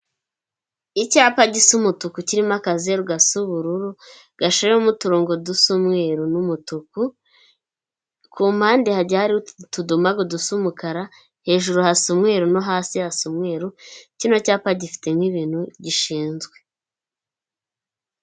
Icyapa gisa umutuku kirimo akazeru gasa ubururu gashoyemo uturongo dusa umweruru n'umutuku, ku mpande hagiye hariho utudumagu dusa umukara, hejuru hasa umweru no hasi hasa umweruru, kino cyapa gifite nk'ibintu gishinzwe.